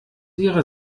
ihrer